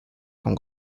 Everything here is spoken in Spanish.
con